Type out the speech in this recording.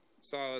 Solid